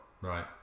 right